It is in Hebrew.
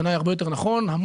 זה בעיניי הרבה יותר נכון,